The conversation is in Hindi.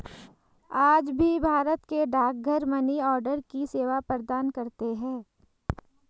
आज भी भारत के डाकघर मनीआर्डर की सेवा प्रदान करते है